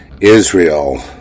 Israel